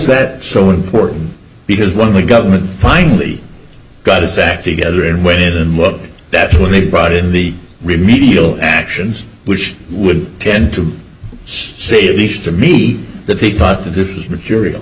that so important because when the government finally got its act together and when and look that when they brought in the remedial actions which would tend to say at least to me that they thought that this material